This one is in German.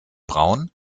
braun